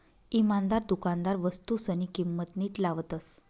इमानदार दुकानदार वस्तूसनी किंमत नीट लावतस